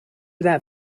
that